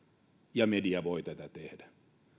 ja media voi tätä tehdä